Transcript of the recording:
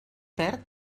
perd